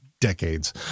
decades